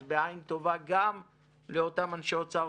אז בעין טובה גם לאותם אנשי האוצר,